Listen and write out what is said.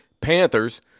panthers